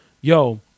Yo